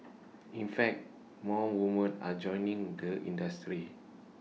in fact more women are joining the industry